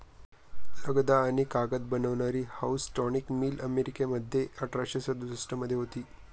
लगदा आणि कागद बनवणारी हाऊसटॉनिक मिल अमेरिकेमध्ये अठराशे सदुसष्ट मध्ये होती